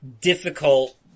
difficult